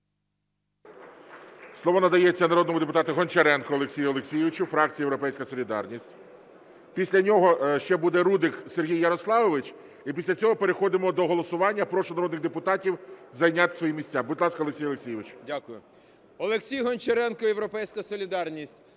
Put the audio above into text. Слово надається народному депутату Гончаренку Олексію Олексійовичу, фракція "Європейська солідарність". Після нього ще буде Рудик Сергій Ярославович. І після цього переходимо до голосування. Прошу народних депутатів зайняти свої місця. Будь ласка, Олексій Олексійович. 10:55:16 ГОНЧАРЕНКО О.О. Дякую. Олексій Гончаренко, "Європейська солідарність".